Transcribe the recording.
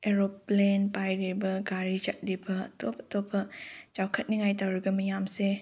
aeroplane ꯄꯥꯏꯔꯤꯕ ꯒꯥꯔꯤ ꯆꯠꯂꯤꯕ ꯑꯇꯣꯞ ꯑꯇꯣꯞꯄ ꯆꯥꯎꯈꯠꯅꯤꯡꯉꯥꯏ ꯇꯧꯔꯤꯕ ꯃꯤꯌꯥꯝꯁꯦ